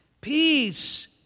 Peace